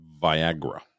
viagra